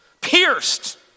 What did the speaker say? pierced